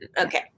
okay